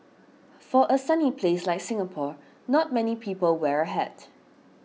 for a sunny place like Singapore not many people wear a hat